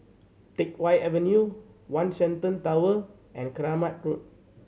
Teck Whye Avenue One Shenton Tower and Keramat Road